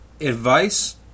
Advice